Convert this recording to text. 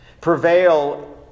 Prevail